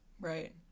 Right